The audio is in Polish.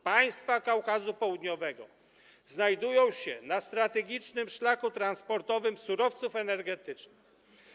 Państwa Kaukazu Południowego znajdują się na strategicznym szlaku transportowym surowców energetycznych.